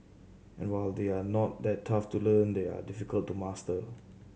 and while they are not that tough to learn they are difficult to master